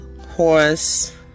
horse